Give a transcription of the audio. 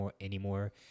anymore